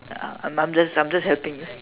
ah I'm just I'm just helping you